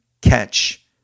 catch